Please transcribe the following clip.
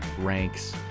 ranks